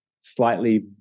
slightly